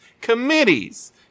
Committees